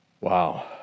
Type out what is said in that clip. Wow